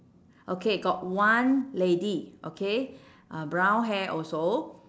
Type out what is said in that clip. okay got one lady okay uh brown hair also